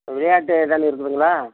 விளையாட்டு ஏதான்னு இருக்குதுங்களா